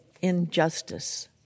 injustice